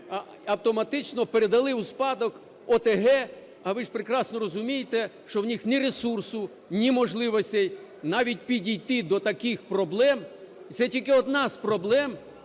автоматично передали у спадок ОТГ, а ви ж прекрасно розумієте, що в них ні ресурсу, ні можливостей навіть підійти до таких проблем. Це тільки одна з проблем,